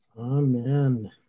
Amen